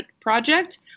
project